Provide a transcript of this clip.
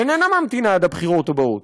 איננה ממתינה עד הבחירות הבאות,